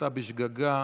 שנעשתה בשגגה,